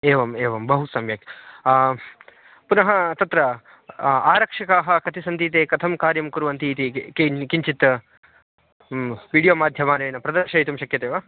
एवम् एवं बहु सम्यक् पुनः तत्र आरक्षकाः कति सन्ति ते कथं कार्यं कुर्वन्तीति किन् किञ्चित् विडियो माध्यमेन प्रदर्शयितुं शक्यते वा